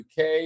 UK